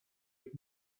and